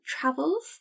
travels